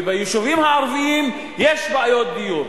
וביישובים הערביים יש בעיות דיור,